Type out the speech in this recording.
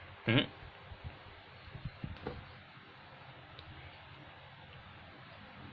mmhmm